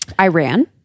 Iran